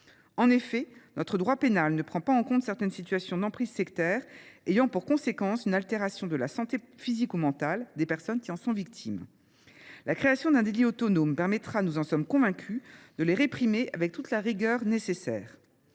En effet, notre droit pénal ne prend pas en compte certaines situations d’emprise sectaire ayant pour conséquence une altération de la santé physique ou mentale des personnes qui en sont victimes. La création d’un délit autonome permettrait, nous en sommes convaincus, de les réprimer avec toute la rigueur nécessaire.